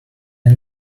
are